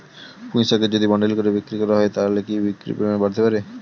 পুঁইশাকের যদি বান্ডিল করে বিক্রি করা হয় তাহলে কি বিক্রির পরিমাণ বাড়তে পারে?